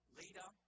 leader